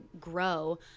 grow